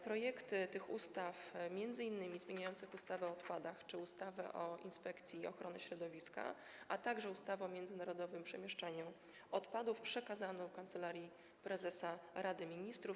Projekty tych ustaw, m.in. zmieniających ustawę o odpadach czy ustawę o Inspekcji Ochrony Środowiska, a także ustawę o międzynarodowym przemieszczaniu odpadów, przekazano Kancelarii Prezesa Rady Ministrów.